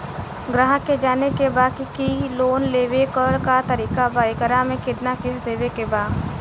ग्राहक के जाने के बा की की लोन लेवे क का तरीका बा एकरा में कितना किस्त देवे के बा?